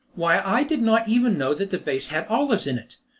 why, i did not even know that the vase had olives in it!